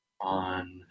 on